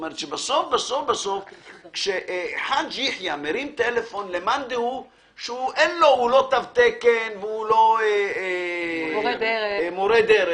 בסוף כשחאג' יחיא מרים טלפון למאן דהו שהוא לא תו תקן והוא לא מורה דרך,